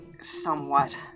somewhat